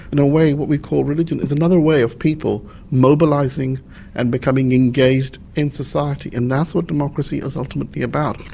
in a way what we call religion is another way of people mobilising and becoming engaged in society and that's what democracy is ultimately about.